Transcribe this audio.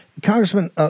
Congressman